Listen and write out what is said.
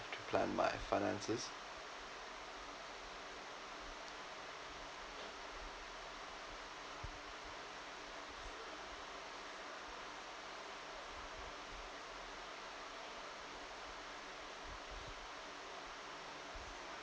to plan my finances